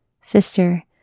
Sister